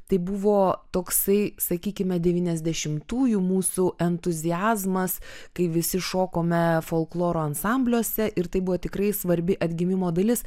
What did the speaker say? tai buvo toksai sakykime devyniasdešimtųjų mūsų entuziazmas kai visi šokome folkloro ansambliuose ir tai buvo tikrai svarbi atgimimo dalis